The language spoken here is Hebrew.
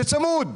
זה צמוד.